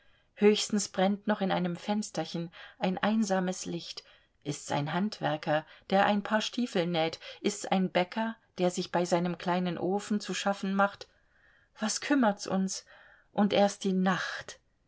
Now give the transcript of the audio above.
höchstens brennt noch in einem fensterchen ein einsames licht ist's ein handwerker der ein paar stiefel näht ist's ein bäcker der sich bei seinem kleinen ofen zu schaffen macht was kümmert's uns und erst die nacht